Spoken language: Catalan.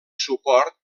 suport